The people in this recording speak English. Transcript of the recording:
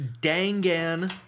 Dangan